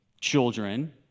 children